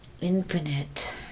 Infinite